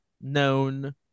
known